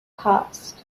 passed